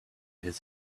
his